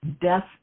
death